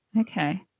Okay